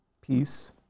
peace